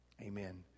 Amen